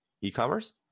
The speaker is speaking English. e-commerce